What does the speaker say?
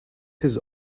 his